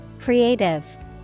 Creative